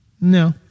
No